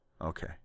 Okay